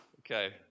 Okay